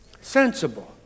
Sensible